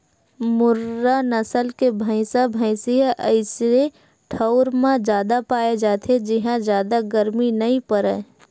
मुर्रा नसल के भइसा भइसी ह अइसे ठउर म जादा पाए जाथे जिंहा जादा गरमी नइ परय